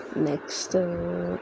next